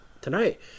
tonight